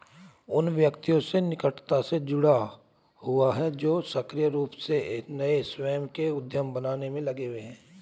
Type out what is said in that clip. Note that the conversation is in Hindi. उन व्यक्तियों से निकटता से जुड़ा हुआ है जो सक्रिय रूप से नए स्वयं के उद्यम बनाने में लगे हुए हैं